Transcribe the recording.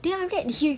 then after that he